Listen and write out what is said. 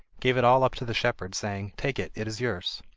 gave it all up to the shepherd, saying take it, it is yours.